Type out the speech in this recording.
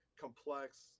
Complex